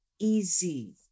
easy